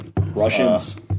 Russians